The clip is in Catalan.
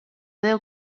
déu